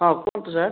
ହଁ କୁହନ୍ତୁ ସାର୍